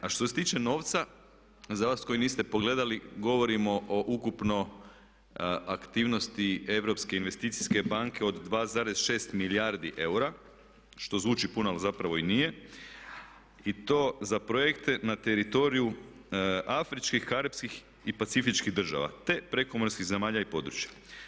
A što se tiče novca za vas koji niste pogledali govorimo o ukupno aktivnosti Europske investicijske banke od 2,6 milijardi eura što zvuči puno ali zapravo i nije i to za projekte na teritoriju afričkih, karipskih i pacifičkih država te prekomorskih zemalja i područja.